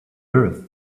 earth